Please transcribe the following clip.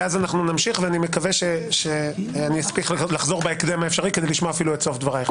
אני מקווה שאני אספיק לחזור בהקדם האפשרי כדי לשמוע את סוף דבריך.